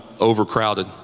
overcrowded